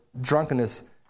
drunkenness